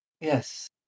Yes